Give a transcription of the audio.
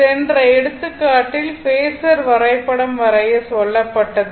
சென்ற எடுத்துக்காட்டில் பேஸர் வரைபடம் வரைய சொல்லப்பட்டது